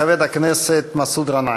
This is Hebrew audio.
חבר הכנסת מסעוד גנאים.